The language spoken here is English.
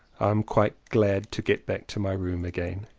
i am quite glad to get back to my room again.